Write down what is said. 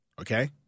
Okay